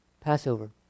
Passover